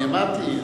אני אמרתי,